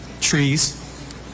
trees